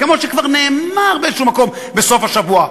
כמו שכבר נאמר באיזה מקום בסוף השבוע.